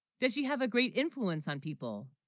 does she have a great influence on people